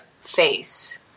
face